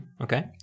Okay